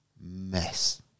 mess